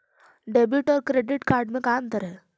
Debit और credit card में का अंतर है?